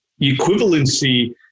equivalency